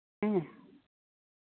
ᱦᱮᱸ